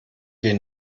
wir